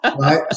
right